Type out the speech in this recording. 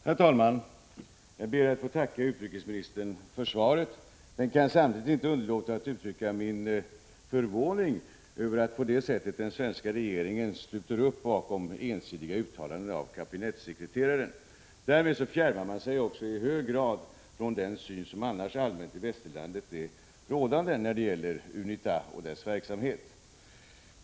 Herr talman! Jag ber att få tacka utrikesministern för svaret men kan samtidigt inte underlåta att uttrycka min förvåning över det sätt på vilket den svenska regeringen sluter upp bakom ensidiga uttalanden av kabinettssekreteraren. Därmed fjärmar man sig också i hög grad från den syn som annars är allmänt rådande i västerlandet när det gäller UNITA och dess verksamhet.